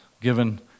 given